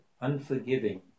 unforgiving